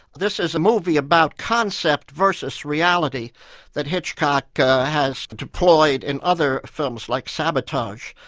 this is a movie about concept versus reality that hitchcock has deployed in other films like sabotage.